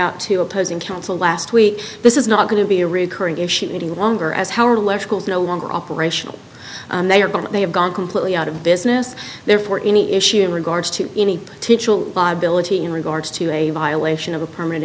out to opposing counsel last week this is not going to be a recurring issue any longer as howard electricals no longer operational they are gone they have gone completely out of business therefore any issue in regards to any teacher will liability in regards to a violation of a perm